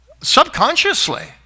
subconsciously